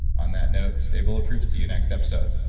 on that note, stay bulletproof. see you next episode